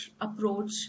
approach